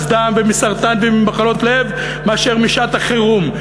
דם ומסרטן וממחלות לב מאשר משעת-החירום.